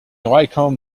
wacom